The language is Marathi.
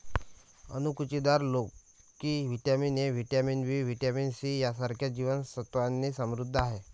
अणकुचीदार लोकी vitamin A, vitamin B, vitamin C यांसारख्या जीवन सत्त्वांनी समृद्ध आहे